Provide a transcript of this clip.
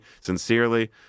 Sincerely